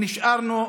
נשארנו,